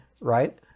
right